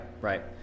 right